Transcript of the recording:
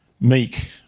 Meek